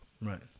Right